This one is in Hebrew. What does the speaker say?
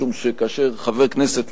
משום שכאשר חבר כנסת,